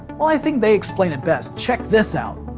well, i think they explain it best. check this out.